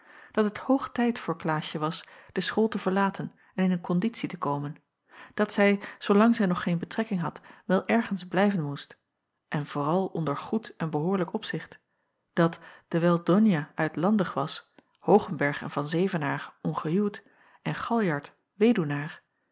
dat het hoog tijd voor klaasje was de school te verlaten en in een konditie te komen dat zij zoolang zij nog geen betrekking had wel ergens blijven moest en vooral onder goed en behoorlijk opzicht dat dewijl donia uitlandig was hoogenberg en van zevenaer ongehuwd en